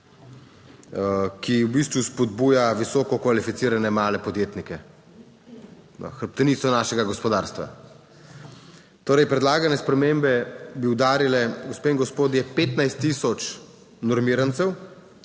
ki v bistvu spodbuja visoko kvalificirane male podjetnike, hrbtenico našega gospodarstva. Torej predlagane spremembe bi udarile, gospe in gospodje, 15 tisoč normirancev